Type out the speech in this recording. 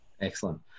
Excellent